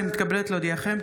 אני מתכבדת להודיעכם,